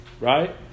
Right